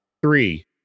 Three